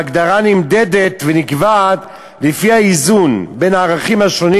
וההגדרה נמדדת ונקבעת לפי האיזון בין הערכים השונים